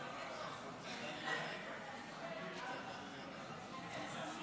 החוק העונשין (תיקון